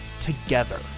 together